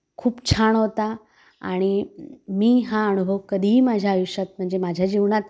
खूप छान होता आणि मी हा अनुभव कधीही माझ्या आयुष्यात म्हणजे माझ्या जीवनात